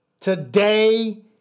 today